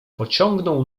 pociągnął